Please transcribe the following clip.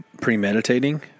premeditating